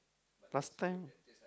last time